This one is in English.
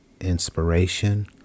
inspiration